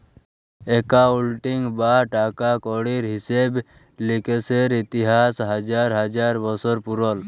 accounting বা টাকা কড়ির হিসেব লিকেসের ইতিহাস হাজার হাজার বসর পুরল